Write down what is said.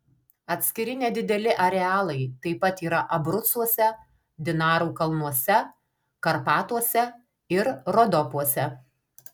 atskiri nedideli arealai taip pat yra abrucuose dinarų kalnuose karpatuose ir rodopuose